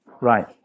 Right